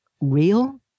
real